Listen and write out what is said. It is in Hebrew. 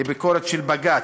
לביקורת של בג"ץ".